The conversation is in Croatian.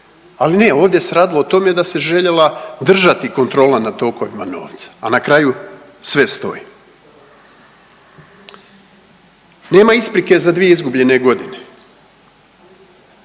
Ali ne, ovdje se radilo o tome da se željela držati kontrola nad tokovima novca, a na kraju sve stoji. Nema isprike za dvije izgubljene godine.